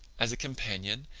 as a companion,